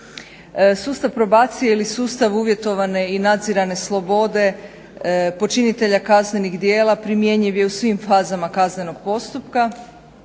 Sustav pbrobacije ili sustav uvjetovane i nadzirane slobode počinitelja kaznenih djela primjenjiv je u svim fazama kaznenog postupka